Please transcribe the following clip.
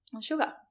sugar